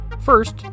First